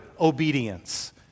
obedience